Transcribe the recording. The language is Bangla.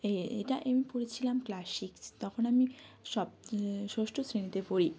এ এটা আমি পড়েছিলাম ক্লাস সিক্স তখন আমি সপ ষষ্ঠ শ্রেণীতে পড়ি